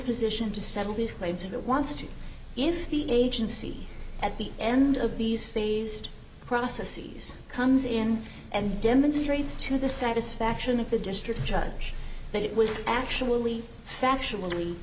position to settle these claims if it wants to if the agency at the end of these phased processes comes in and demonstrates to the satisfaction of the district judge that it was actually factually